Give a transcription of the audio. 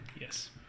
yes